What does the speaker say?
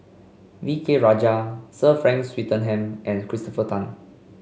V K Rajah Sir Frank Swettenham and Christopher Tan